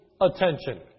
attention